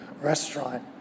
restaurant